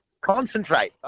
concentrate